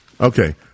Okay